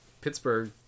pittsburgh